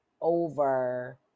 over